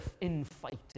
infighting